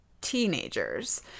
teenagers